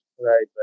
right